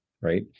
right